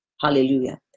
hallelujah